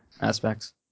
aspects